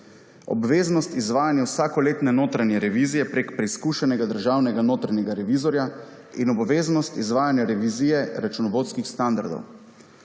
obveznost izvajanja vsakoletne notranje revizije preko preizkušenega državnega notranjega revizorja in obveznost izvajanja revizije računovodskih standardov;